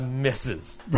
misses